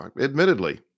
admittedly